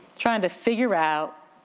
trying to figure out,